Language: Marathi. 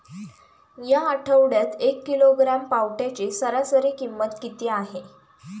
या आठवड्यात एक किलोग्रॅम पावट्याची सरासरी किंमत किती आहे?